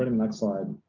but and like slide.